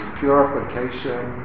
purification